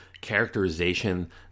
characterization